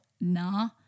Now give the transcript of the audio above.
nah